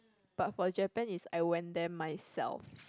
but for Japan is I went there myself